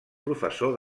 professor